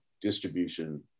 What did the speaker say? distribution